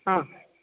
ആ